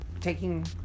taking